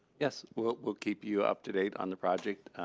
yes, we'll we'll keep you up to date on the project.